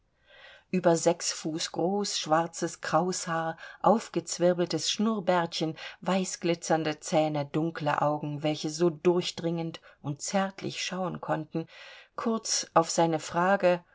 über sechs fuß groß schwarzes kraushaar aufgezwirbeltes schnurrbärtchen weißglitzernde zähne dunkle augen welche so durchdringend und zärtlich schauen konnten kurz auf seine frage